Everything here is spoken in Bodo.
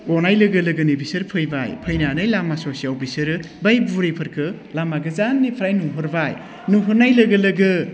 गनाय लोगो लोगोनो बिसोर फैबाय फैनानै लामा ससेयाव बिसोरो बै बुरिफोरखौ लामा गोजाननिफ्राय नुहरबाय नुहुरनाय लोगो लोगो